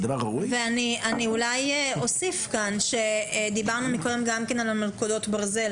--- אני אולי אוסיף כאן שדיברנו מקודם גם כן על מלכודות ברזל,